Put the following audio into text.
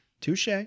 Touche